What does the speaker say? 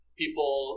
People